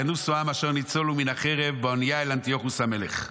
וינוסו העם אשר ניצולו מן החרב באונייה אל אנטיוכוס המלך.